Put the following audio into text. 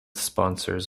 sponsors